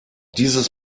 dieses